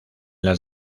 las